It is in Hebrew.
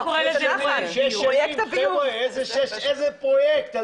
הוא אומר שזה פרויקט ביוב.